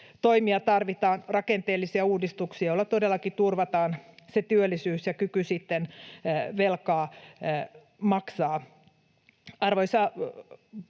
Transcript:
toimia, rakenteellisia uudistuksia, joilla todellakin turvataan työllisyys ja kyky sitten velkaa maksaa. Arvoisa puhemies!